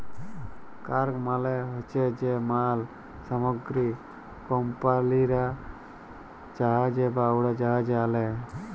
cargo মালে হছে যে মাল সামগ্রী কমপালিরা জাহাজে বা উড়োজাহাজে আলে